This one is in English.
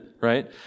right